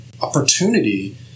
opportunity